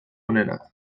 onenak